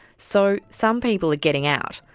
so some people are getting out,